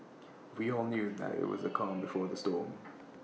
we all knew that IT was the calm before the storm